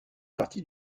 partie